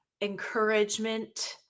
encouragement